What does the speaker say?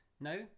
no